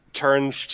turns